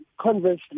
conversely